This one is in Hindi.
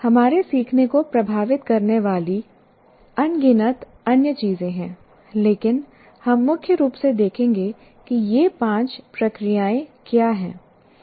हमारे सीखने को प्रभावित करने वाली अनगिनत अन्य चीजें हैं लेकिन हम मुख्य रूप से देखेंगे कि ये पांच प्रक्रियाएं क्या हैं